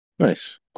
Nice